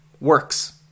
works